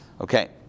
Okay